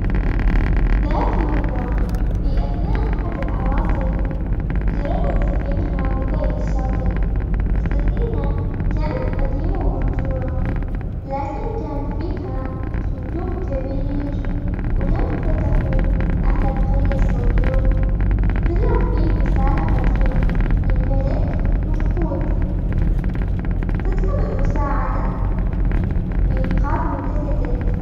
ذات مرة في أثناء أحد العواصف جرفت سفينة غامضة إلى الشاطئ، السفينة كانت قديمة ومهجورة لكن كان فيها صندوق كبير ولما فتحوه أهل القرية الصندوق طلع فيه رسالة قديمة من ملك مفقود تطلب المساعدة لإنقاذ مملكته.